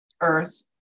earth